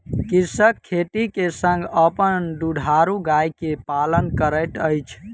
कृषक खेती के संग अपन दुधारू गाय के पालन करैत अछि